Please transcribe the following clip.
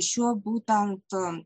šiuo būtent